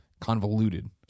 convoluted